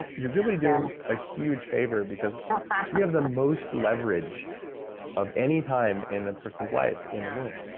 you're really doing a huge favor, because we have the most leverage of any time in a person's life in the womb.